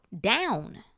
down